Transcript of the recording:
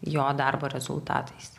jo darbo rezultatais